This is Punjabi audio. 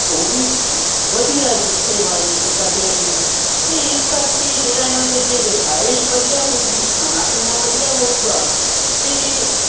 ਉਹ ਵੀ ਵਧੀਆ ਜੁੱਸੇ ਵਾਲੇ ਅਤੇ ਤਕੜੇ ਨੇ ਅਤੇ ਇਸ ਕਰਕੇ ਜਿਹੜਾ ਇਹਨਾਂ ਦਾ ਜੇ ਰਿਹਾਇਸ਼ ਵਧੀਆ ਹੋਵੇਗੀ ਖਾਣਾ ਪੀਣਾ ਵਧੀਆ ਹੋਵੇਗਾ ਤਾਂ